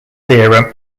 theorem